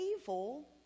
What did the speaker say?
evil